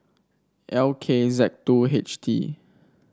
L K Z two H T